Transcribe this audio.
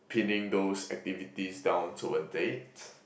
pinning those activities down to a date